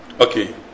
Okay